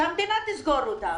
שהמדינה תסגור אותם